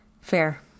Fair